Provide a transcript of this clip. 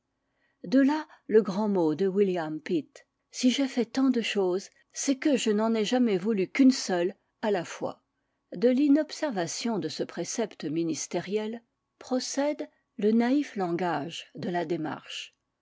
de là le grand mot de william pitt si j'ai fait tant de choses c'est que je n'en ai jamais voulu qu'une seule à la fois de l'inobservation de ce précepte ministériel procède le naïf langage de la démarche